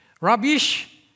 Rubbish